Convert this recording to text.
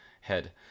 head